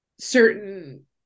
certain